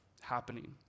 happening